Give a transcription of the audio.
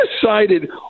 decided